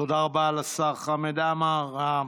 תודה רבה לשר חמד עמאר.